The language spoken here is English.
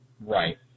Right